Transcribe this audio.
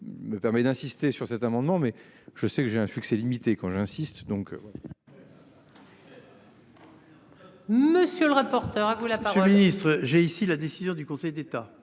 Me permets d'insister sur cet amendement mais je sais que j'ai un succès limité quand j'insiste